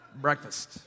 Breakfast